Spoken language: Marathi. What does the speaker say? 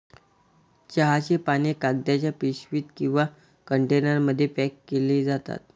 चहाची पाने कागदाच्या पिशवीत किंवा कंटेनरमध्ये पॅक केली जातात